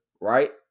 right